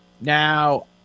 Now